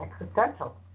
existential